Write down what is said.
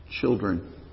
children